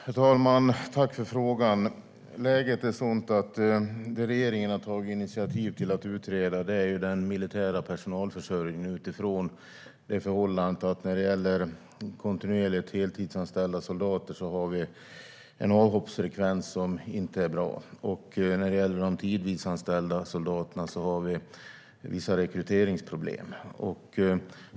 Herr talman! Tack för frågan! Läget är sådant att det som regeringen har tagit initiativ till att utreda är den militära personalförsörjningen utifrån det förhållandet att avgångsfrekvensen för kontinuerligt heltidsanställda soldater inte är bra. När det gäller de tidvisanställda soldaterna finns det vissa rekryteringsproblem.